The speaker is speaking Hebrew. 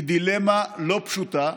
היא דילמה לא פשוטה,